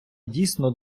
дійсно